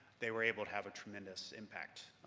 they were able to have a tremendous impact.